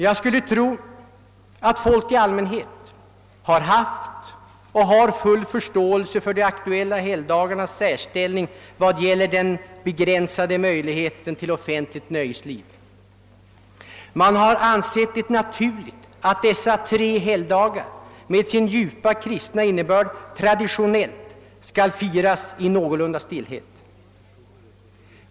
Jag skulle tro, herr talman, att folk i allmänhet har haft och har full förståelse för de aktuella helgdagarnas särställning och den begränsade möjligheten till offentligt nöjesliv under dessa dagar. Man har ansett det naturligt att dessa tre helgdagar med sin djupa kristna innebörd traditionellt skall firas i någorlunda stillhet.